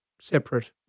separate